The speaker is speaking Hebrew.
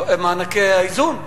מענקי האיזון,